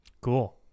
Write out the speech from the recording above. Cool